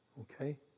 Okay